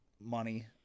money